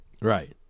Right